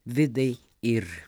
vidai ir